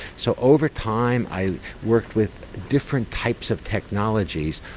so over time i worked with different types of technologies,